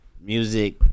Music